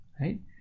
Right